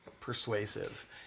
persuasive